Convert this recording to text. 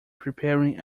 preparing